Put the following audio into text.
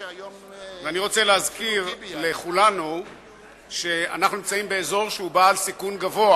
אני רוצה להזכיר לכולנו שאנחנו נמצאים באזור שהוא בעל סיכון גבוה